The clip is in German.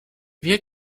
wir